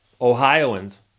Ohioans